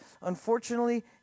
Unfortunately